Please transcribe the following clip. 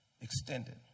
Extended